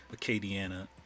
Acadiana